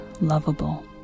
lovable